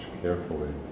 carefully